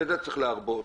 ובזה צריך להרבות,